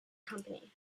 company